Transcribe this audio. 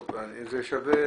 טוב, זה שווה